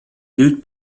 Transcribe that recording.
gilt